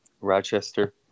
Rochester